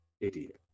idiot